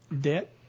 debt